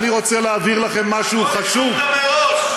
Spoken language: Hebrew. אני רוצה להבהיר לכם משהו חשוב, הכול הכנת מראש.